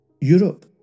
Europe